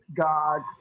God